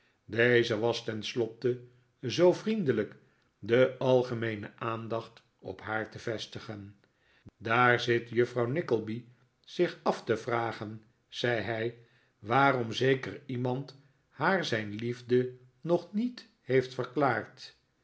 deze was tenslotte zoo vriendelijk de algemeene aandacht op haar te vestigen daar zit juffrouw nickleby zich af te vragen zei hij waarom zeker iemand haar zijn liefde nog niet heeft verklaard